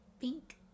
Pink